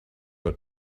her